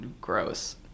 gross